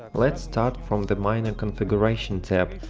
let's start from the miner configuration tab,